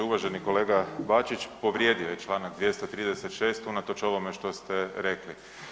Uvaženi kolega Bačić, povrijedio je čl. 236. unatoč ovome što ste rekli.